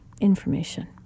information